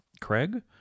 Craig